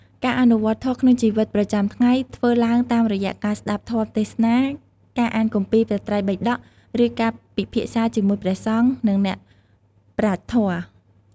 ការអនុវត្តធម៌ក្នុងជីវិតប្រចាំថ្ងៃធ្វើឡើងតាមរយៈការស្ដាប់ធម៌ទេសនា ការអានគម្ពីរព្រះត្រៃបិដក ឬការពិភាក្សាជាមួយព្រះសង្ឃ និងអ្នកប្រាជ្ញធម៌។